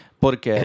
Porque